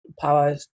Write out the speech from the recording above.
power